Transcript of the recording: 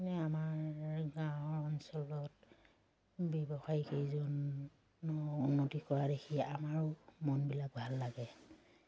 মে আমাৰ গাঁৱৰ অঞ্চলত ব্যৱসায়ী কেইজন উন্নতি কৰা দেখি আমাৰো মনবিলাক ভাল লাগে